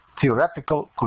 theoretical